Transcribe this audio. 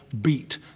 beat